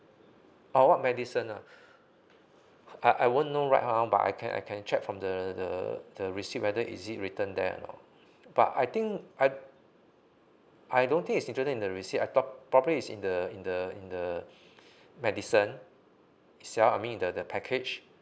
oh what medicine ah I I won't know write ah but I can I can check from the the the receipt whether is it written there or not but I think I'd I don't think is included in the receipt I thought probably is in the in the in the medicine itself I mean in the the package